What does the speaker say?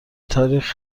تاریخ